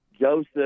Joseph